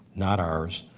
not ours,